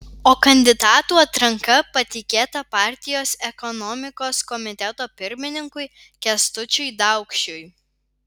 o kandidatų atranka patikėta partijos ekonomikos komiteto pirmininkui kęstučiui daukšiui